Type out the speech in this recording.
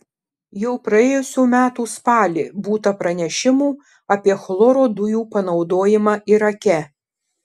jau praėjusių metų spalį būta pranešimų apie chloro dujų panaudojimą irake